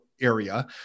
area